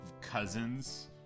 cousins